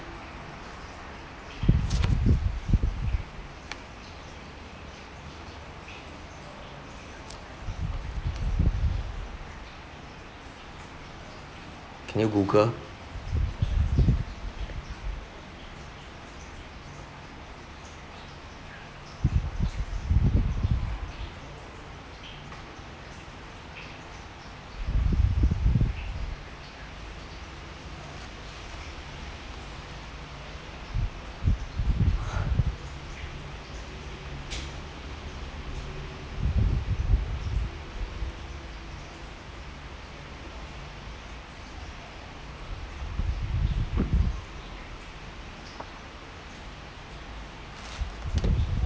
can you google